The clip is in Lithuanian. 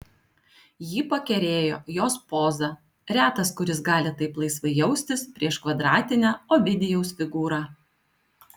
jį pakerėjo jos poza retas kuris gali taip laisvai jaustis prieš kvadratinę ovidijaus figūrą